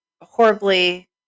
horribly